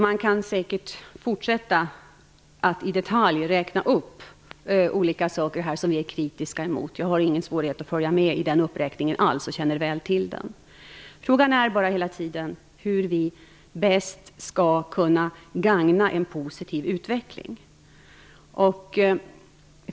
Man kan säkert fortsätta att i detalj räkna upp olika saker som vi är kritiska mot. Jag har ingen svårighet att följa med i den uppräkningen alls, jag känner väl till det. Frågan är hela tiden hur vi bäst skall kunna gagna en positiv utveckling.